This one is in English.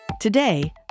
Today